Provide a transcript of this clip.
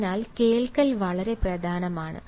അതിനാൽ കേൾക്കൽ വളരെ പ്രധാനമാണ്